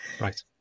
Right